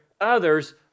others